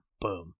Boom